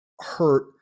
hurt